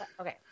Okay